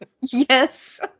Yes